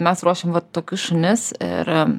mes ruošiam vat tokius šunis ir